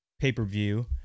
pay-per-view